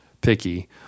picky